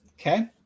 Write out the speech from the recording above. Okay